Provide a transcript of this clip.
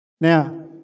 Now